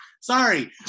sorry